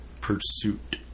pursuit